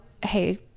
hey